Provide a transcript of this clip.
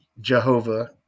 Jehovah